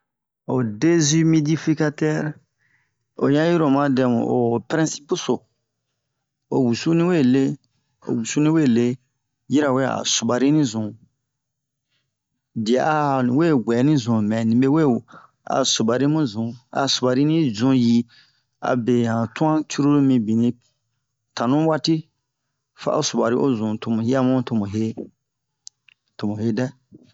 Ho dezimidifikatɛr o ɲa iro oma dɛmu ho prinsipu so o wusu ni we le o wusu ni we le yirawe a subari ni zun diɛ'a a ni we wɛni zun mɛ nibe we a subari mu zun a subari ni zun yi abe han twa cruru mibini tanu waati fa o subari o zun to mu yi'a mu to mu he to mu he dɛ